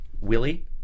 Willie